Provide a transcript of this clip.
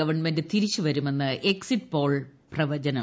government തിരിച്ചുവരുമെന്ന് exit poll പ്രവചനം